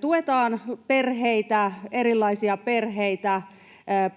tuetaan erilaisia perheitä